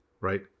right